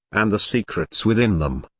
and the secrets within them.